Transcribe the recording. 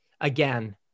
again